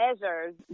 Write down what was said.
measures